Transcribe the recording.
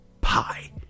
pie